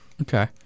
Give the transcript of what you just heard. Okay